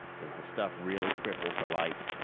does the stuff really cripple for life?